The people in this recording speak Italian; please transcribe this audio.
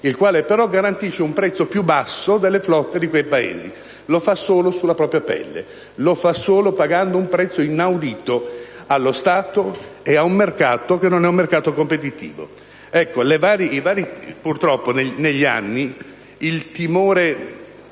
il quale, però, garantisce un prezzo più basso delle flotte di quei Paesi. Lo fa solo sulla propria pelle e pagando un prezzo inaudito allo Stato e a un mercato che non è competitivo. Purtroppo, negli anni, il timore